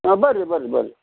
ಹಾಂ ಬರ್ರಿ ಬರ್ರಿ ಬರ್ರಿ